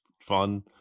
fun